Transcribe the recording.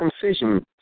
circumcision